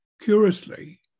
Curiously